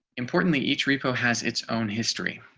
importantly, each repo has its own history.